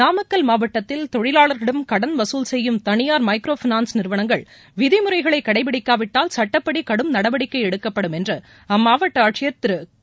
நாமக்கல் மாவட்டத்தில்தொழிவாளர்களிடம் கடன் வசூல் செய்யும் தனியார் மைக்ரோ பைனான்ஸ் நிறுவனங்கள் விதிமுறைகளை கடைபிடிக்காவிட்டால் சட்டப்படி கடும் நடவடிக்கை எடுக்கப்படும் என்று அம்மாவட்ட ஆட்சியர் திரு க